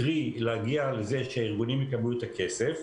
קרי להגיע לזה שהארגונים יקבלו את הכסף.